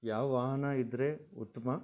ಯಾವ ವಾಹನ ಇದ್ರೆ ಉತ್ತಮಾ